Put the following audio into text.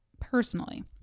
personally